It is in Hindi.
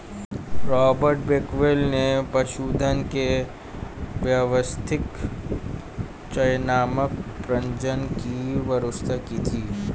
रॉबर्ट बेकवेल ने पशुधन के व्यवस्थित चयनात्मक प्रजनन की शुरुआत की थी